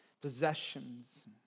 possessions